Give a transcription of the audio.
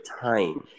time